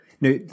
Now